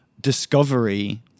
discovery